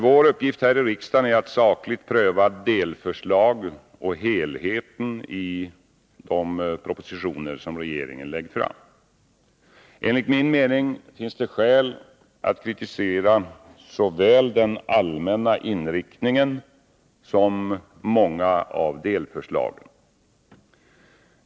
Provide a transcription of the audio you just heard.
Vår uppgift här i riksdagen är att sakligt pröva delförslag och helheten i de propositioner som regeringen lägger fram. Enligt min mening finns det skäl att kritisera såväl den allmänna inriktningen som många av delförslagen.